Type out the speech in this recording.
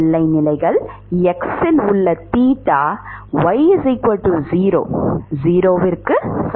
எல்லை நிலைகள் x இல் உள்ள தீட்டா y0 0ற்கு சமம்